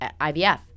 IVF